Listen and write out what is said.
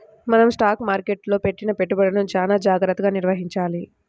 మనం స్టాక్ మార్కెట్టులో పెట్టిన పెట్టుబడులను చానా జాగర్తగా నిర్వహించాలి